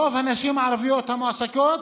רוב הנשים הערביות המועסקות